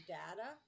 data